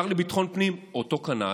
השר לביטחון הפנים, אותו כנ"ל,